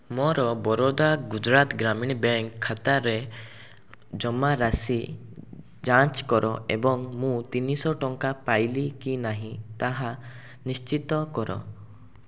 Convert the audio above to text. ମୋର ବରୋଦା ଗୁଜୁରାତ ଗ୍ରାମୀଣ ବ୍ୟାଙ୍କ୍ ଖାତାରେ ଜମାରାଶି ଯାଞ୍ଚ କର ଏବଂ ମୁଁ ତିନିଶହ ଟଙ୍କା ପାଇଲି କି ନାହିଁ ତାହା ନିଶ୍ଚିତ କର